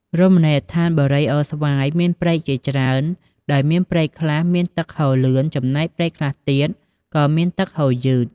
រមណីដ្ឋានបូរីអូរស្វាយមានព្រែកជាច្រើន ដោយមាន ព្រែកខ្លះមានទឹកហូរលឿន ចំណែកព្រែកខ្លះទៀត ក៏មានទឹកហូរយឺត។